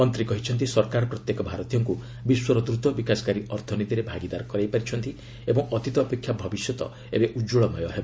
ମନ୍ତ୍ରୀ କହିଛନ୍ତି ସରକାର ପ୍ରତ୍ୟେକ ଭାରତୀୟଙ୍କୁ ବିଶ୍ୱର ଦ୍ରତ ବିକାଶକାରୀ ଅର୍ଥନୀତିରେ ଭାଗିଦାର କରାଇପାରିଛନ୍ତି ଓ ଅତୀତ ଅପେକ୍ଷା ଭବିଷ୍ୟତ ଏବେ ଉଜ୍ୱଳମୟ ହେବ